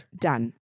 Done